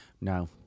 No